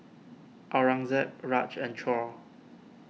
Aurangzeb Raj and Choor